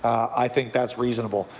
i think that's reasonable.